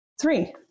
Three